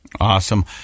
Awesome